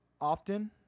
often